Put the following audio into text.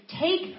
Take